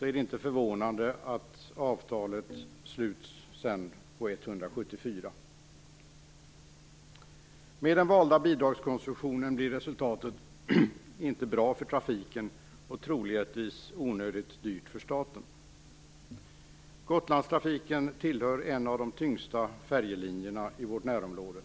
är det inte förvånande att anbudet slutar på 174 miljoner kronor. Med den valda bidragskonstruktionen blir resultatet inte bra för trafiken och troligen onödigt dyrt för staten. Gotlandstrafiken hör till en av de tyngsta färjelinjerna i vårt närområde.